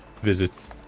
visits